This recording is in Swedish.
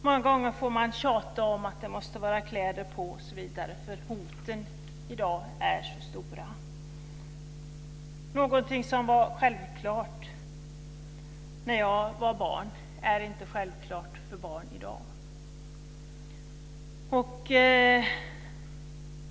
Många gånger får man tjata om att de måste ha kläder på sig osv. för hoten i dag är så stora. Någonting som var självklart när jag var barn är inte självklart för barn i dag.